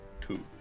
Two